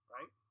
Right